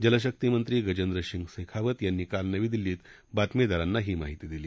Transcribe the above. जलशक्ती मंत्री गजेंद्र सिंग शेखावत यांनी काल नवी दिल्लीत बातमीदारांना ही माहिती दिली